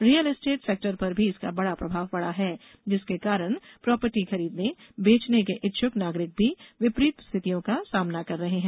real estate sector पर भी इसका बड़ा प्रभाव पड़ा है जिसके कारण प्रापर्टी खरीदने बेचने के इच्छ्क नागरिक भी विपरीत स्थितियों का सामना कर रहे हैं